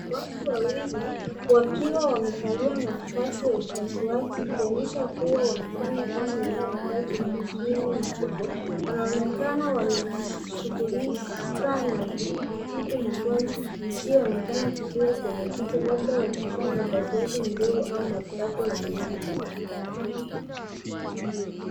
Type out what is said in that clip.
Watu wawili wakiwa wamevalia mavazi ya upasuaji, ikionyesha kuwa wanafanya kazi inayohitaji umakini mkubwa, wanaonekana wamejishughulisha na kutibu mgonjwa, asiyeonekana vizuri kwenye picha, labda wakifanya upasuaji mdogo, au matibabu ya meno.